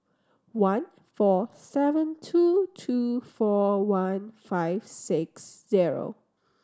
one four seven two two four one five six zero